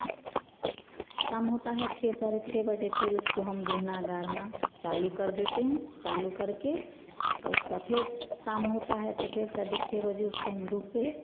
शाम होता है छह साढ़े छः बजे फिर उसको हम धूना गारना चालू कर देते हैं चालू करके और उसका फिर शाम होता है तो फिर साढ़े छः बजे उसको हम दूकर